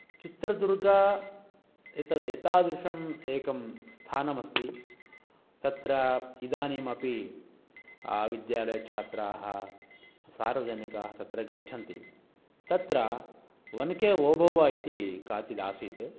चित्रदूर्गः एतद् एतादृशम् एकं स्थानमस्ति तत्र इदानीम् अपि विद्यालयछात्राः सार्वजनिकः तत्र गच्छन्ति तत्र वनके ओभव्वा इति काचित् आसीत्